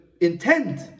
intent